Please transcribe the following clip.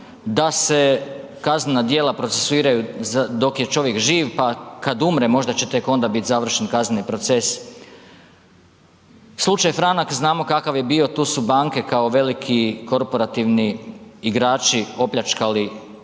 da se kaznena djela procesuiraju dok je čovjek živ, pa kad umre, možda će tek onda biti završen kazneni proces. Slučaj Franak znamo kakav je bio, tu su banke kao veliki korporativni igrači opljačkali